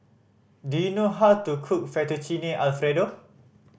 do you know how to cook Fettuccine Alfredo